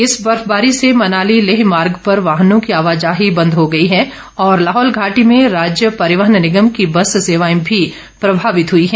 इस बर्फबारी से मनाली लेह मार्ग पर वाहनों की आवाजाही बंद हो गई है और लाहौल घाटी में राज्य परिवहन निगम की बस सेवाए भी प्रभावित हुई है